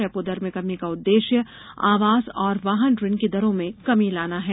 repo दर में कमी का उद्देश्य आवास और वाहन ऋण की दरों में कमी लाना है